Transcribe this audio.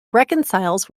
reconciles